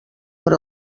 per